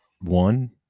one